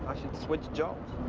shouid switch jobs!